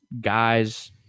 guys